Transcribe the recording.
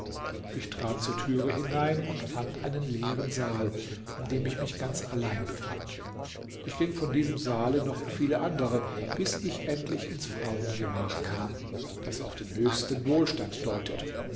ich trat zur türe hinein und fand einen leeren saal in dem ich mich ganz allein befand ich ging von diesem saale noch in viele andere bis ich endlich ins frauengemach kam das auf den höchsten wohlstand deutet